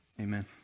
Amen